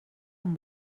amb